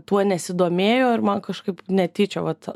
tuo nesidomėjo ir man kažkaip netyčia vat